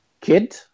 kid